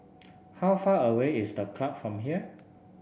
how far away is The Club from here